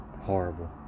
horrible